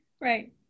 Right